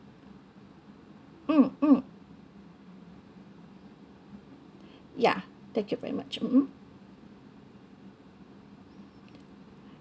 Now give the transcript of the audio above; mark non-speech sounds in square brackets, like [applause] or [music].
mm mm [breath] ya thank you very much mm